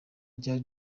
ryari